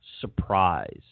surprise